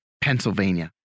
Pennsylvania